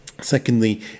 Secondly